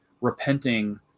repenting